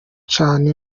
cana